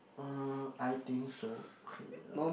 uh I think so okay wait ah